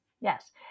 yes